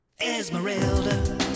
Esmeralda